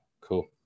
cool